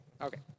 Okay